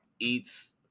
Eats